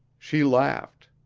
she laughed.